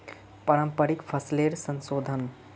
पारंपरिक फसलेर संशोधन